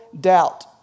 doubt